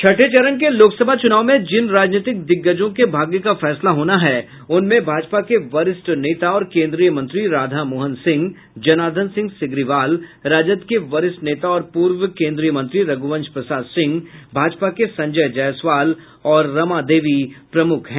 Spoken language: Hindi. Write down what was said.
छठे चरण के लोकसभा चुनाव में जिन राजनीतिक दिग्गजों के भाग्य का फैसला होना है उनमें भाजपा के वरिष्ठ नेता और केन्द्रीय मंत्री राधामोहन सिंह जनार्दन सिंह सिग्रीवाल राजद के वरिष्ठ नेता और पूर्व कोन्द्रीय मंत्री रघ्रवंश प्रसाद सिंह भाजपा को संजय जायसवाल और रमा देवी प्रमुख हैं